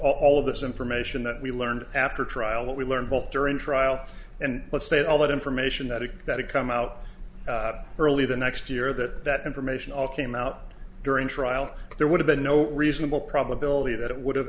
of this information that we learned after trial what we learned both during trial and let's say all that information that if that had come out early the next year that that information all came out during trial there would have been no reasonable probability that it would have